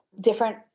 different